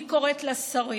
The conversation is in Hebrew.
אני קוראת לשרים,